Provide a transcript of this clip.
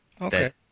Okay